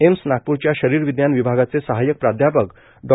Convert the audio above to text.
AIIMS नागप्रच्या शरीरविज्ञान विभागाचे सहाय्यक प्राध्यापक डॉ